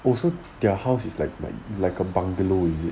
oh so their house is like like a bungalow is it